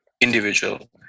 individual